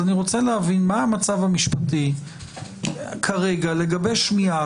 אני רוצה להבין מה המצב המשפטי כרגע לגבי שמיעת